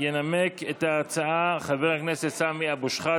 39 נגד ואני מוסיף את יושב-ראש הכנסת יריב לוין וחבר הכנסת מיקי זוהר,